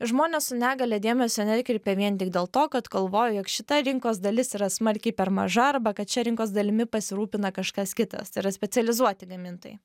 į žmones su negalia dėmesio nekreipia vien tik dėl to kad galvoja jog šita rinkos dalis yra smarkiai per maža arba kad šia rinkos dalimi pasirūpina kažkas kitas tai yra specializuoti gamintojai